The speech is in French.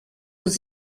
aux